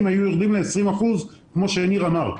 היו יורדים ל-20 אחוזים כמו שניר אמר,